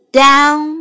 down